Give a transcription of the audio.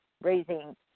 raising